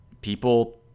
people